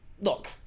look